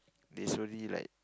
they slowly like